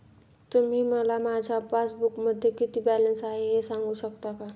तुम्ही मला माझ्या पासबूकमध्ये किती बॅलन्स आहे हे सांगू शकता का?